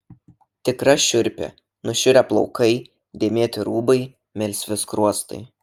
tikra šiurpė nušiurę plaukai dėmėti rūbai melsvi skruostai